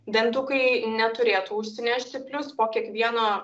dantukai neturėtų užsinešti plius po kiekvieno